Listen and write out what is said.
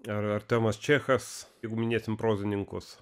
ar ar tomas čechas jeigu minėsim prozininkus